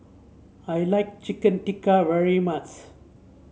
I like Chicken Tikka very much